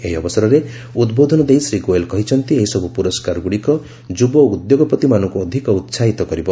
ଏହି ଅବସରରେ ଉଦ୍ବୋଧନ ଦେଇ ଶ୍ରୀ ଗୋଏଲ କହିଛନ୍ତି ଏହିସବୁ ପୁରସ୍କାରଗୁଡ଼ିକ ଯୁବ ଉଦ୍ୟୋଗପତିମାନଙ୍କୁ ଅଧିକ ଉତ୍ପାହିତ କରିବ